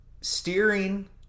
steering